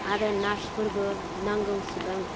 आरो नार्सफोरबो नांगौसिबां